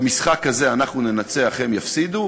במשחק הזה אנחנו ננצח והם יפסידו.